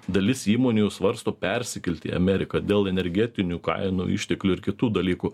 dalis įmonių svarsto persikelti į ameriką dėl energetinių kainų išteklių ir kitų dalykų